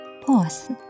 pause